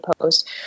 post